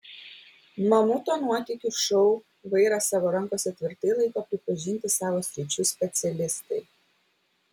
mamuto nuotykių šou vairą savo rankose tvirtai laiko pripažinti savo sričių specialistai